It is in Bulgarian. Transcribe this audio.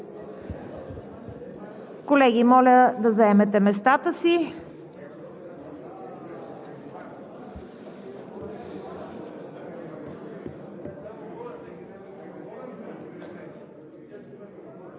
Колеги, моля да заемете местата си.